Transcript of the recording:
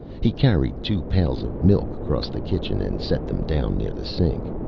he carried two pails of milk across the kitchen and set them down near the sink.